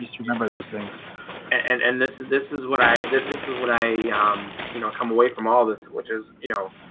remember those things and and this is this is what i this is what i um you, know come away from all this which is you know?